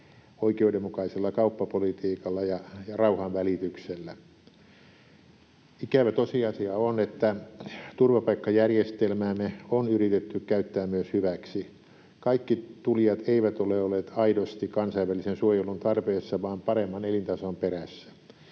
oikeudenmukaisella kauppapolitiikalla ja rauhanvälityksellä. Ikävä tosiasia on, että turvapaikkajärjestelmäämme on yritetty käyttää myös hyväksi. Kaikki tulijat eivät ole olleet aidosti kansainvälisen suojelun tarpeessa vaan paremman elintason perässä.